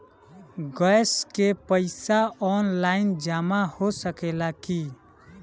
Gas के पइसा online जमा हो सकेला की?